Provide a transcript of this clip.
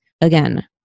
again